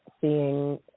seeing –